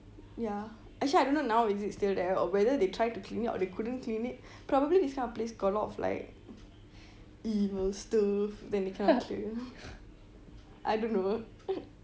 ya actually I don't know now is it still there or whether they tried to clean it or they couldn't clean it probably this kind of place got a lot of like evil stuff then they cannot clean I don't know